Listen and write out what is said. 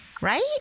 right